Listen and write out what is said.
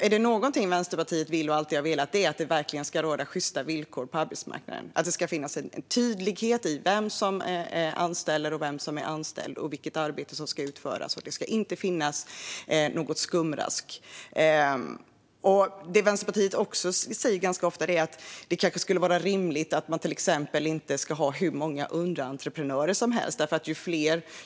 Är det något som Vänsterpartiet vill, och alltid har velat, är det att det verkligen ska råda sjysta villkor på arbetsmarknaden, att det ska finns en tydlighet i vem som anställer, vem som är anställd och vilket arbete som ska utföras. Det ska inte finnas några skumraskaffärer. Vänsterpartiet säger ofta att det skulle vara rimligt att inte ha till exempel hur många underentreprenörer som helst.